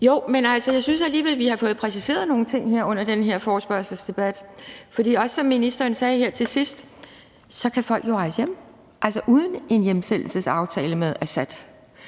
(DF): Altså, jeg synes jo alligevel, at vi har fået præciseret nogle ting her under den her forespørgselsdebat. For som ministeren også sagde her til sidst, kan folk jo rejse hjem, altså uden en hjemsendelsesaftale med Assad,